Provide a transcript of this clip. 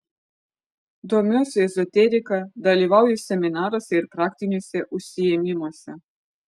domiuosi ezoterika dalyvauju seminaruose ir praktiniuose užsiėmimuose